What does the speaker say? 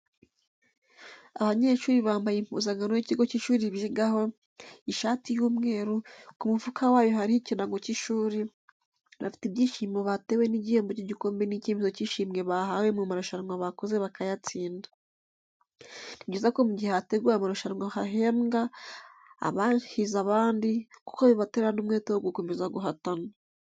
Abanyeshuri bambaye impuzankano y'ikigo cy'ishuri bigaho, ishati y'umweru, ku mufuka wayo hariho ikirango cy'ishuri, bafite ibyishimo batewe n'igihembo cy'igikombe n'icyemezo cy'ishimwe bahawe mu marushanwa bakoze bakayatsinda. Ni byiza ko mu gihe hateguwe amarushanwa hahembwa abahize abandi kuko bibatera n'umwete wo gukomeza guhatana.